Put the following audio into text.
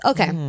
Okay